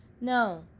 no